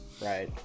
Right